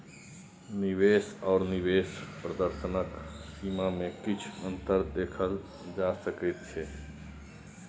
निवेश आओर निवेश प्रदर्शनक सीमामे किछु अन्तर देखल जा सकैत छै